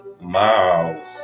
miles